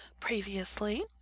previously